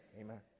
Amen